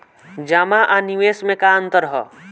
जमा आ निवेश में का अंतर ह?